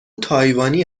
تایوانی